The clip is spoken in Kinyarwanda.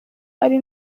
ari